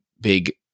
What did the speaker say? big